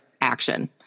action